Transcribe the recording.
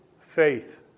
faith